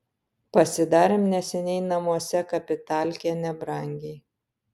pasidarėm neseniai namuose kapitalkę nebrangiai